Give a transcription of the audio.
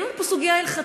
אין לנו פה סוגיה הלכתית,